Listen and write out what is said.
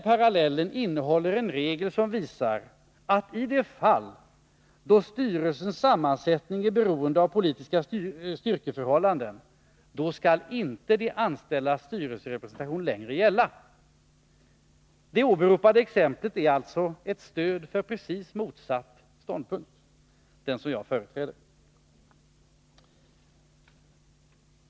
Paragrafen innehåller alltså en regel som visar att i de fall då styrelsens sammansättning är beroende av politiska styrkeförhållanden skall inte längre lagen som medger de anställda styrelserepresentation gälla. Det åberopade exemplet är alltså ett stöd för precis motsatt ståndpunkt, den som jag företräder.